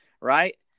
right